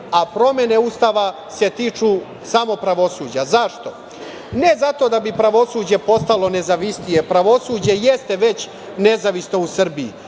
a promene Ustava se tiču samo pravosuđa. Zašto? Ne zato da bi pravosuđe postalo nezavisnije, pravosuđe jeste već nezavisno u Srbiji,